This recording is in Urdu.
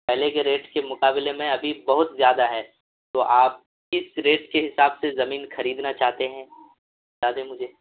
پہلے کے ریٹ کے مقابلے میں ابھی بہت زیادہ ہے تو آپ کس ریٹ کے حساب سے زمین خریدنا چاہتے ہیں بتا دیں مجھے